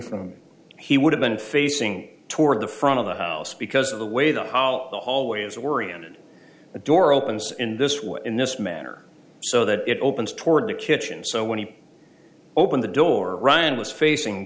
from him he would have been facing toward the front of the house because of the way the hollow hallway is oriented the door opens in this way in this manner so that it opens toward the kitchen so when he opened the door ryan was facing